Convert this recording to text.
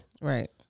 Right